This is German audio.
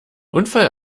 unfall